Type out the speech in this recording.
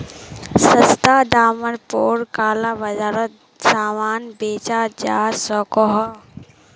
सस्ता डामर पोर काला बाजारोत सामान बेचाल जवा सकोह